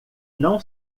não